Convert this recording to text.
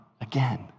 again